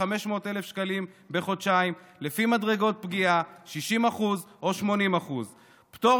500,000 שקלים בחודשיים לפי מדרגות פגיעה 60% או 80%; פטור